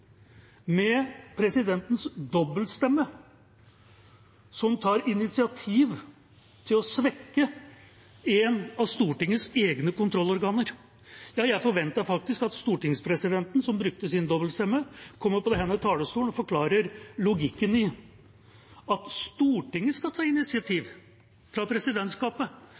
med presidentens dobbeltstemme, som tok initiativ til å svekke et av Stortingets egne kontrollorganer. Jeg forventer faktisk at stortingspresidenten, som brukte sin dobbeltstemme, kommer på denne talerstolen og forklarer logikken i at Stortinget, ved presidentskapet, skal ta initiativ